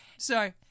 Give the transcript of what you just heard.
Sorry